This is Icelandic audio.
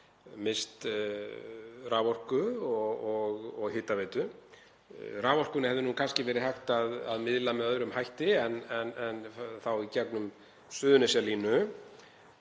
misst raforku og hitaveitu. Raforkunni hefði kannski verið hægt að miðla með öðrum hætti en þá í gegnum Suðurnesjalínu